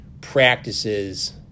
practices